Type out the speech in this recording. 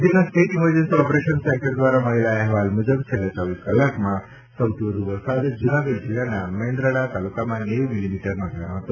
રાજ્યના state emergency operation centre દ્વારા મળેલા અહેવાલ મુજબ છેલ્લા ચોવીસ કલાકમાં સૌથી વધુ વરસાદ જૂનાગઢ જિલ્લાના મેદરડા તાલુકામાં નેવું મિલિમીટર નોંધાયો હતો